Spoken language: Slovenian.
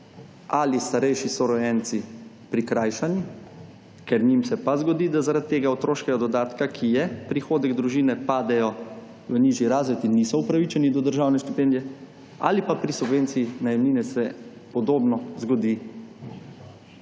ali starejši sorojenci prikrajšani, ker njim se pa zgodi, da zaradi tega otroškega dodatka, ki je prihodek družine, padejo v nižji razred in niso upravičeni do državne štipendije, ali pa pri subvenciji najemnine se podobno zgodi